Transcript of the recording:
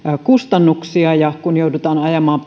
kustannuksia kun joudutaan ajamaan